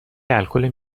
الکل